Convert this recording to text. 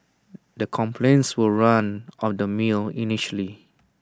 the complaints were run of the mill initially